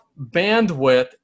bandwidth